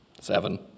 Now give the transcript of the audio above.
seven